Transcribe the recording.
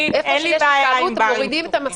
איפה שיש התקהלות, מורידים את המסכות.